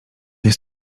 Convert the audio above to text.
jest